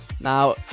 Now